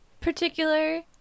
particular